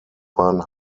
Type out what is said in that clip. bahn